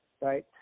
right